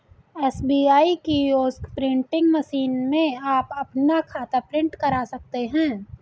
SBI kiosk printing machine में आप अपना खाता प्रिंट करा सकते हैं